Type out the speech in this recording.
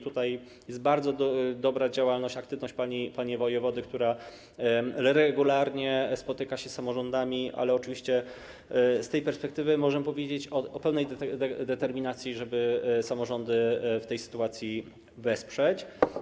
Tutaj jest bardzo dobra działalność, aktywność pani wojewody, która regularnie spotyka się z samorządami, ale oczywiście z tej perspektywy możemy powiedzieć o pełnej determinacji, żeby samorządy w tej sytuacji wesprzeć.